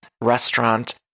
restaurant